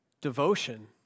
Devotion